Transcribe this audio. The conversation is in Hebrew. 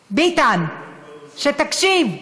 ביטן, שתקשיב.